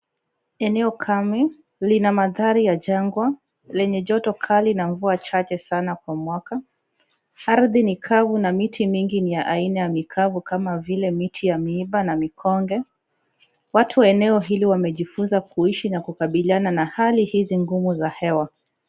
Eneo kame lina mandhari ya jangwa lenye joto kali na mvua chache sana kwa mwaka, ardhi ni kavu na miti mingi ni ya aina ya mikavu kama vile miti ya miba na mikonge, watu wa eneo hili wamejifunza kuishi na kukabiliana na hali hizi ngumu za hewa.